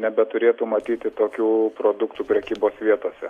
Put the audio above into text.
nebeturėtų matyti tokių produktų prekybos vietose